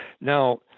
Now